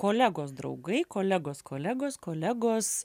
kolegos draugai kolegos kolegos kolegos